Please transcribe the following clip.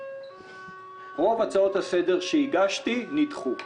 רוב ההצעות לסדר שהגשתי נדחו.